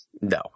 no